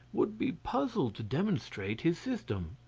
would be puzzled to demonstrate his system.